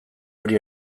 hori